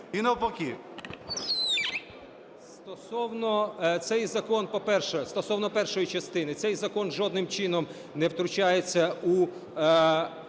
і навпаки?